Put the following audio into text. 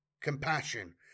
Compassion